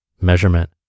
Measurement